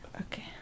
Okay